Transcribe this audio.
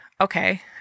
okay